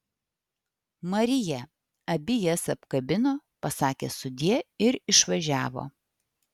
marija abi jas apkabino pasakė sudie ir išvažiavo